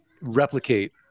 replicate